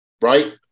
right